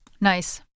Nice